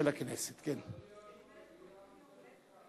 אדוני היושב-ראש, מגיעה לנו תוספת שכר.